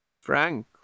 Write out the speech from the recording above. frank